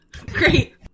Great